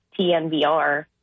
TNVR